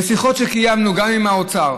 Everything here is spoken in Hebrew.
בשיחות שקיימנו גם עם האוצר